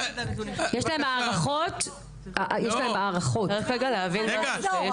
צריך להבין משהו,